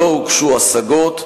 לא הוגשו השגות,